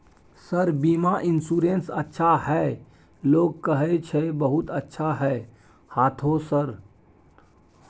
Sir बीमा insurance अच्छा है लोग कहै छै बहुत अच्छा है हाँथो सर?